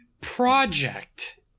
Project